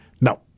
no